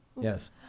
Yes